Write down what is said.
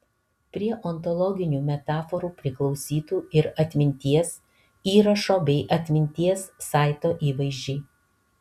prie ontologinių metaforų priklausytų ir atminties įrašo bei atminties saito įvaizdžiai